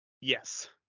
Yes